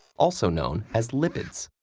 also known as lipids.